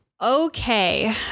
Okay